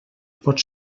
pot